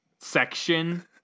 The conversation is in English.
section